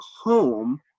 home